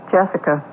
Jessica